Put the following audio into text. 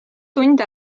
tund